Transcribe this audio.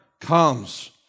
comes